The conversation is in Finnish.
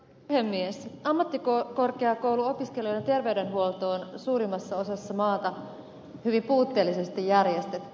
ammattikorkeakouluopiskelijoiden terveydenhuolto on suurimmassa osassa maata hyvin puutteellisesti järjestetty